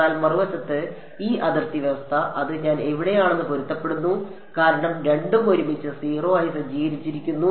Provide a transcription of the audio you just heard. എന്നാൽ മറുവശത്ത് ഈ അതിർത്തി വ്യവസ്ഥ അത് ഞാൻ എവിടെയാണെന്ന് പൊരുത്തപ്പെടുന്നു കാരണം രണ്ടും ഒരുമിച്ച് 0 ആയി സജ്ജീകരിച്ചിരിക്കുന്നു